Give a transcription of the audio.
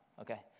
okay